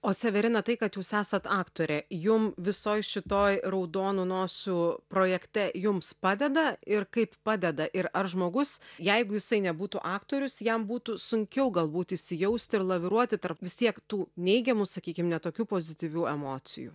o severina tai kad jūs esat aktorė jum visoj šitoj raudonų nosių projekte jums padeda ir kaip padeda ir ar žmogus jeigu jisai nebūtų aktorius jam būtų sunkiau galbūt įsijausti ir laviruoti tarp vis tiek tų neigiamų sakykim ne tokių pozityvių emocijų